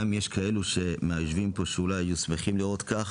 גם אם יש כאלה מהיושבים פה שאולי היו שמחים לראות כך,